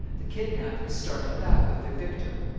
the kidnappers started back with their victim.